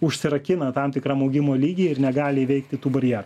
užsirakina tam tikram augimo lygy ir negali įveikti tų barjerų